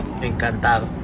Encantado